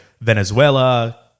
Venezuela